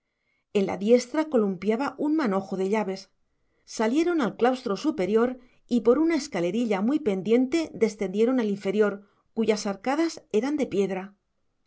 en la diestra columpiaba un manojo de llaves salieron al claustro superior y por una escalerilla muy pendiente descendieron al inferior cuyas arcadas eran de piedra